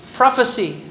prophecy